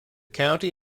county